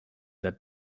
that